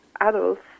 adults